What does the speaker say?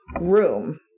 room